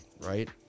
right